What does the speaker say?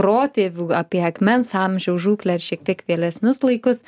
protėvių apie akmens amžiaus žūklę ir šiek tiek vėlesnius laikus